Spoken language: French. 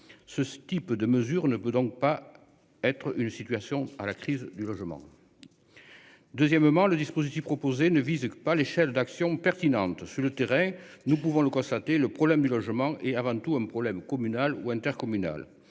ce type de mesure ne peut donc pas être une situation à la crise du logement. Deuxièmement, le dispositif proposé ne vise pas les chefs d'actions pertinentes sur le terrain, nous pouvons le constater le problème du logement est avant tout un problème communal ou intercommunal